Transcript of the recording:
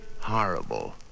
horrible